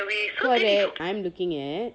correct I'm looking at